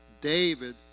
David